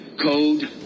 code